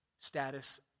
status